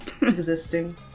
existing